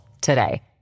today